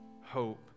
hope